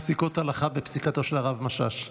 פסיקות הלכה בפסיקתו של הרב משאש.